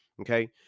okay